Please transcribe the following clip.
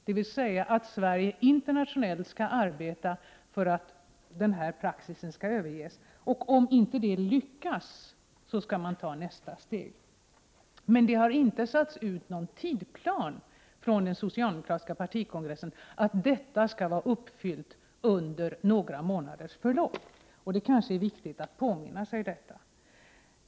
Det handlar om att Sverige internationellt skall arbeta för att nuvarande praxis skall överges. Om inte det lyckas skall vi ta nästa steg. Men den socialdemokratiska partikongressen har inte beslutat om någon tidsplan sagt att detta skall vara uppfyllt efter ett visst antal månader. Det kanske är viktigt att påminna sig detta.